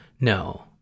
No